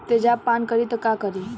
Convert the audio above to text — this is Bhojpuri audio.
तेजाब पान करी त का करी?